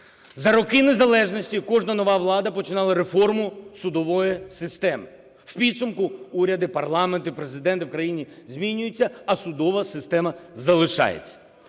За роки незалежності кожна нова влада починала реформу судової системи. У підсумку уряд, і парламент, і президенти в країні змінюються, а судова система залишається.